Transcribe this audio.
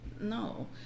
No